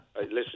Listen